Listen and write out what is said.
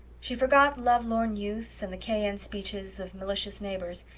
she forgot lovelorn youths, and the cayenne speeches of malicious neighbors,